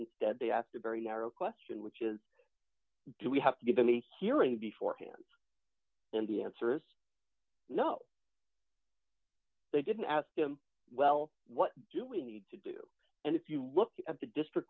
instead they asked a very narrow question which is do we have to give them a hearing before hand and the answer is no they didn't ask them well what do we need to do and if you look at the district